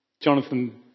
Jonathan